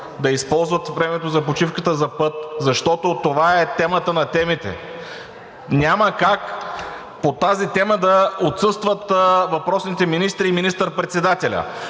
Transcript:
Да използват времето за почивката за път, защото това е темата на темите. Няма как по тази тема да отсъстват въпросните министри и министър-председателят.